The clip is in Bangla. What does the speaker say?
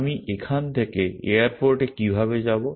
আমি এখান থেকে এয়ারপোর্টে কিভাবে যাব